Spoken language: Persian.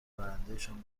آیندهشان